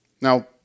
Now